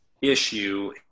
issue